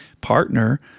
partner